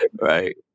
Right